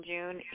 June